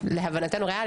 הוא להבנתנו ריאלי.